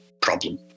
problem